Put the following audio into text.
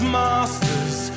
masters